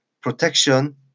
protection